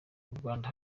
murwanda